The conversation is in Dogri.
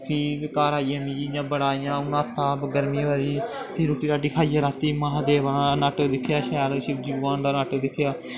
फ्ही घर आइयै मिगी इ'यां बड़ा अ'ऊं न्हाता गर्मी होआ दी ही फ्ही रुट्टी रट्टी खाइयै रातीं महांदेव दा नाटक दिक्खेआ शैल शिवजी भगवान दा नाटक दिक्खेआ